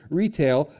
retail